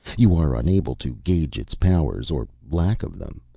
you are unable to gauge its powers, or lack of them,